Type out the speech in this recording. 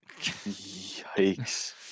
Yikes